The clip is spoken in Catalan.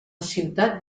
ciutat